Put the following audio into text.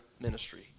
ministry